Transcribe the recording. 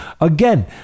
again